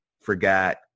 forgot